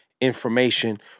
information